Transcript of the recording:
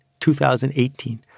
2018